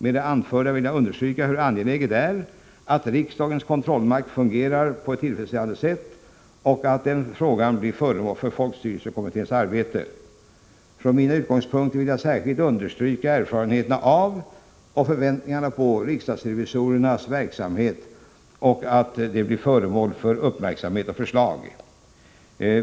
Med det anförda vill jag understryka hur angeläget det är att riksdagens kontrollmakt fungerar på ett tillfredsställande sätt och att den frågan blir föremål för folkstyrelsekommitténs arbete. Från mina utgångspunkter vill jag särskilt betona erfarenheterna av och förväntningarna på riksdagsrevisorernas verksamhet och att den blir föremål för uppmärksamhet och förslag.